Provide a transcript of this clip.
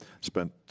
Spent